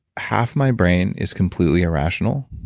half my brain is completely irrational,